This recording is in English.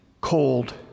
cold